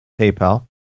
PayPal